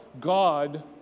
God